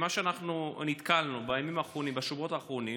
מה שנתקלנו בו בימים האחרונים, בשבועות האחרונים,